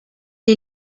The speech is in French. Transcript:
est